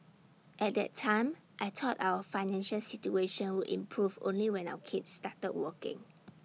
at that time I thought our financial situation would improve only when our kids started working